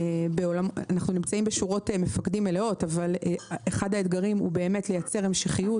אנחנו נמצאים בשורות מפקדים מלאות אבל אחד האתגרים הוא באמת לייצר המשכיות